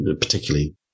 particularly